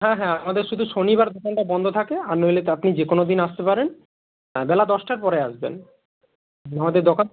হ্যাঁ হ্যাঁ আমাদের শুধু শনিবার দোকানটা বন্ধ থাকে আর নইলে তো আপনি যে কোনও দিন আসতে পারেন হ্যাঁ বেলা দশটার পরে আসবেন আমাদের দোকান